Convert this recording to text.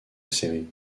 série